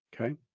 Okay